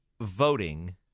voting